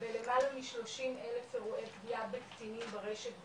בלמעלה מ-30,000 אירועי פגיעה בקטינים ברשת בכלל,